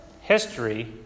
history